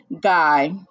guy